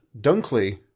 Dunkley